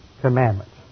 commandments